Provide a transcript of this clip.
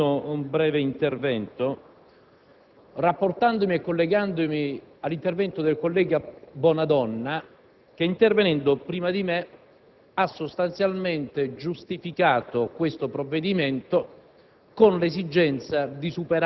Signor Presidente, inizio questo mio breve intervento rapportandomi e collegandomi all'intervento del collega Bonadonna, che, intervenendo prima di me,